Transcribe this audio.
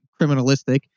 criminalistic